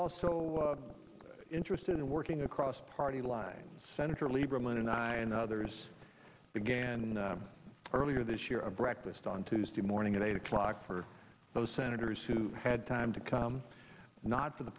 also interested in working across party lines senator lieberman and i and others began earlier this year a breakfast on tuesday morning at eight o'clock for those senators who had time to come not for the